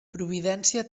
providència